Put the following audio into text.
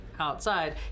outside